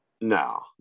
no